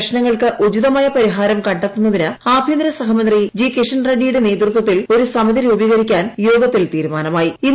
പ്രശ്നങ്ങൾക്ക് ഉചിതമായ പരിഹാരം കണ്ടെത്തുന്നതിന് ആഭ്യന്തര സഹമന്ത്രി ജി കിഷൻ റെഡ്ഡിയുടെ നേതൃത്വത്തിൽ ഒരു സമിതി രൂപീകരിക്കാൻ യോഗത്തിൽ തീരുമാനമാിയ്ട്ടു